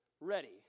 ready